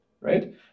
Right